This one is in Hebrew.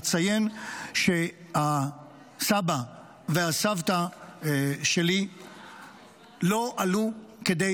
אציין שהסבא והסבתא שלי לא עלו כדי